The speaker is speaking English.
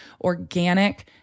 organic